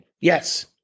Yes